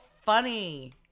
funny